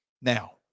Now